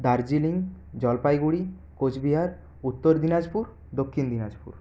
Darjeeling Jalpaiguri Cooch Behar Uttar Dinajpur Dakshin Dinajpur